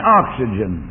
oxygen